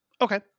Okay